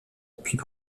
puis